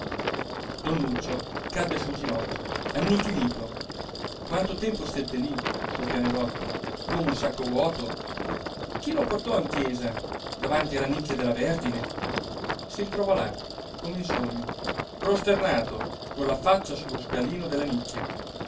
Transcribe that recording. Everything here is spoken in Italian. don nuccio cadde sui ginocchi annichilito quanto tempo stette lì sul pianerottolo come un sacco vuoto chi lo portò in chiesa davanti alla nicchia della vergine si ritrovò là come in sogno prosternato con la faccia sullo scalino della nicchia